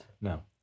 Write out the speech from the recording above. No